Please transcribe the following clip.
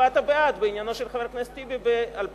הצבעת בעד בעניינו של חבר הכנסת טיבי ב-2002,